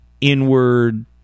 inward